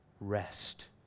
rest